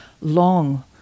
long